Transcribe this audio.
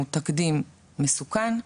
הוא תקדים מסוכן,